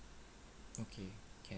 okay can